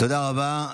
תודה רבה.